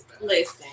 Listen